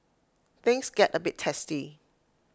things get A bit testy